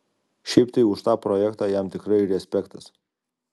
šiaip tai už tą projektą jam tikrai respektas